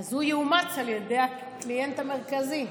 אז הוא יאומץ על ידי הקליינט המרכזי,